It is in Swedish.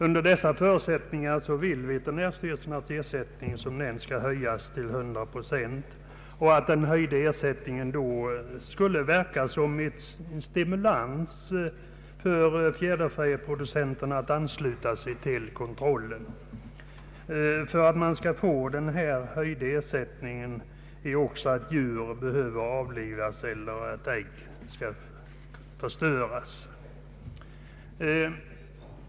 Under dessa förusättningar vill veterinärstyrelsen att ersättningen skall höjas till 100 procent och att den höjda ersättningen skall verka såsom en stimulans för fjäderfäproducenterna att ansluta sig till kontrollen. För att man skall få denna höjda ersättning krävs också att djur behöver avlivas eller att ägg skall förstöras.